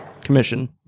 commission